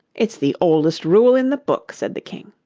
it's the oldest rule in the book said the king.